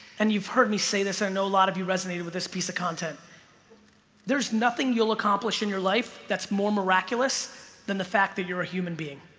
and you've heard me say this. i know a lot of you resonated with this piece of content there's nothing you'll accomplish in your life. that's more miraculous than the fact that you're a human being